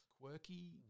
quirky